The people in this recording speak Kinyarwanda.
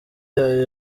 yayo